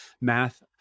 math